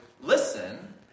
listen